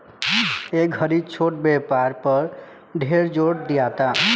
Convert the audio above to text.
ए घड़ी छोट व्यापार पर ढेर जोर दियाता